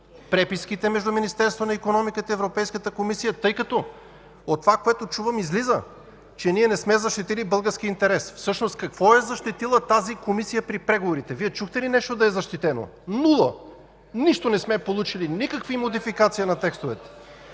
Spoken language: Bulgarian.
преписките между Министерството на икономиката и Европейската комисия, тъй като от това, което чувам, излиза, че не сме защитили българския интерес! Всъщност какво е защитила тази комисия при преговорите? Вие чухте ли нещо да е защитено? Нула! Нищо не сме получили! Никаква модификация на текстовете.